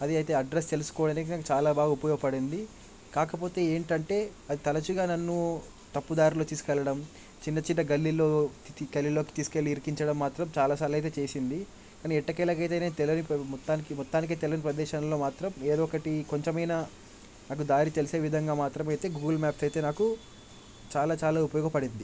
అది అయితే అడ్రసు తెలుసుకోవడానికి చాలా ఉపయోగపడింది కాకపోతే ఏంటంటే అది తరచుగా నన్ను తప్పు దారిలో తీసుకు వెళ్ళడం చిన్న చిన్న గల్లీలలో గల్లీలలోకి తీసుకు వెళ్ళి ఇరికించడం మాత్రం చాలాసార్లు అయితే చేసింది కానీ ఎట్టకేలకైతే మొత్తానికి మొత్తానికి తెలవని ప్రదేశాలలో మాత్రం ఏదో ఒకటి కొంచెమైనా నాకు దారి తెలిసే విధంగా అయితే దారి తెలిసే విధంగా మాత్రం అయితే గూగుల్ మ్యాప్స్ అయితే నాకు చాలా చాలా ఉపయోగపడింది